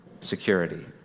security